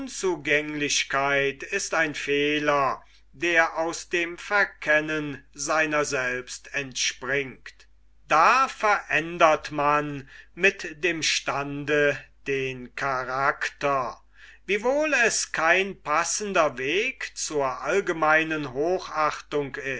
unzugänglichkeit ist ein fehler der aus dem verkennen seiner selbst entspringt da verändert man mit dem stande den karakter wiewohl es kein passender weg zur allgemeinen hochachtung